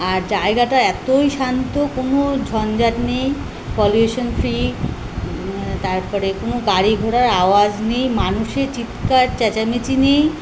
আর জায়গাটা এতই শান্ত কোনো ঝঞ্ঝাট নেই পলিউশন ফ্রি তারপরে কোনো গাড়ি ঘোড়ার আওয়াজ নেই মানুষের চিৎকার চেঁচামেচি নেই